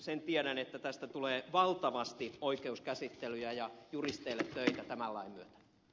sen tiedän että tästä tulee valtavasti oikeuskäsittelyjä ja juristeille töitä tämän lain myötä